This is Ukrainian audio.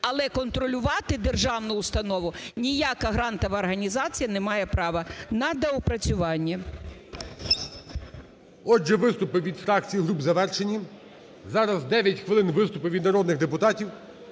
але контролювати державну установу ніяка грантова організація не має права. На доопрацювання. ГОЛОВУЮЧИЙ. Отже, виступи від фракцій і груп, завершені. Зараз 9 хвилин виступи від народних депутатів.